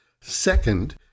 Second